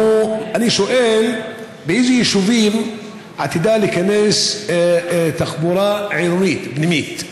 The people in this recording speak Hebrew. אני שואל: באיזה יישובים עתידה להיכנס תחבורה עירונית פנימית?